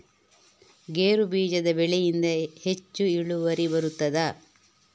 ಗೇರು ಬೀಜದ ಬೆಳೆಯಿಂದ ಹೆಚ್ಚು ಇಳುವರಿ ಬರುತ್ತದಾ?